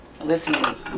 Listen